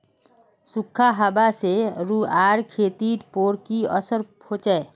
सुखखा हाबा से रूआँर खेतीर पोर की असर होचए?